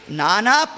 nana